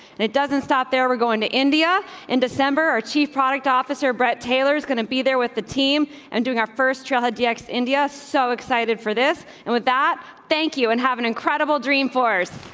it doesn't stop there. we're going to india in december or chief product officer brett taylor's gonna be there with the team and doing our first trilogy, ex india so excited for this and with that, thank you and have an incredible dreamforce.